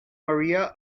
maria